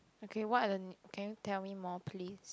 okay what are the can you tell me more please